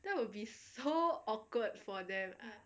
that would be so awkward for them